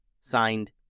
Signed